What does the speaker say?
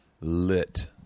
lit